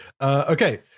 Okay